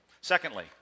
Secondly